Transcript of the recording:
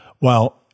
Well